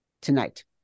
tonight